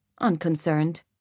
unconcerned